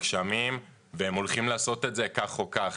בגשמים והם הולכים לעשות את זה כך או כך.